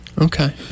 Okay